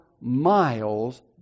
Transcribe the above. miles